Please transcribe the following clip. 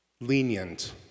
lenient